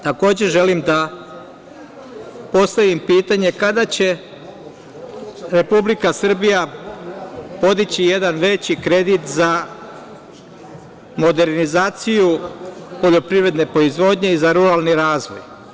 Takođe, želim da postavim pitanje – kada će Republika Srbija podići jedan veći kredit za modernizaciju poljoprivredne proizvodnje i za ruralni razvoj?